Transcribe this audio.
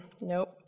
Nope